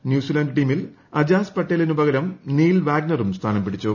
New Zealand ടീമിൽ അജാസ് പട്ടേലിന്റു പകരം നീൽ വാഗ്നറും സ്ഥാനം പിടിച്ചു